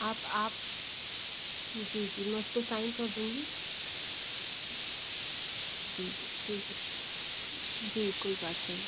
आप आप जी जी मैं उस पर सैन कर दूँगी जी जी ठीक है जी कोई बात नहीं